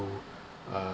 uh